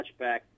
Touchback